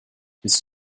bist